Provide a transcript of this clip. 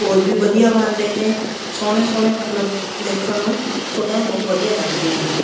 pose ਵੀ ਵਧੀਆ ਬਣਦੇ ਨੇ ਸੋਹਣੇ ਸੋਹਣੇ ਮਤਲਬ ਦੇਖਣ ਨੂੰ ਫੋਟੋਆਂ ਬਹੁਤ ਵਧੀਆ ਲੱਗਦੀਆਂ ਹਨ